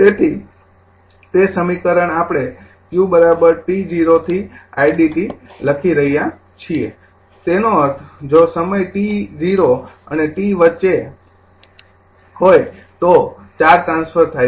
તેથી તે સમીકરણ આપણે q t ૦ થી idt લખી રહ્યા છીએ તેનો અર્થ જો સમય t ૦ અને t વચ્ચે હોય તો ચાર્જ ટ્રાન્સફર થાય છે